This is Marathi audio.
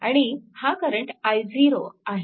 आणि हा करंट i0 आहे